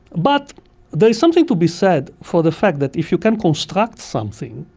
but there's something to be said for the fact that if you can construct something,